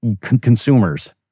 consumers